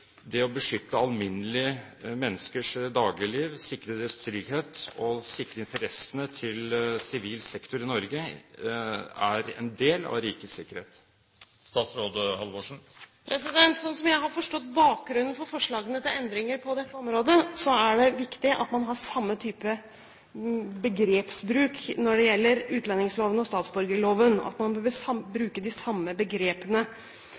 det å beskytte alminnelige menneskers dagligliv, sikre deres trygghet og sikre interessene til sivil sektor i Norge er en del av «rikets sikkerhet»? Slik jeg har forstått bakgrunnen for forslagene til endringer på dette området, er det viktig at man har samme type begrepsbruk når det gjelder utlendingsloven og statsborgerloven – man bør bruke de samme begrepene.